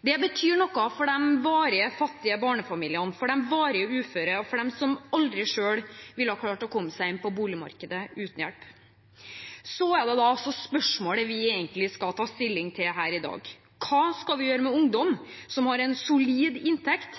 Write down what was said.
Det betyr noe for de varig fattige barnefamiliene, for de varig uføre og for dem som aldri selv ville ha klart å komme seg inn på boligmarkedet uten hjelp. Det spørsmålet vi egentlig skal ta stilling til her i dag, er: Hva skal vi gjøre med ungdom som har en solid inntekt,